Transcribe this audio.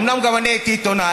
אומנם גם אני הייתי עיתונאי,